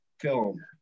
film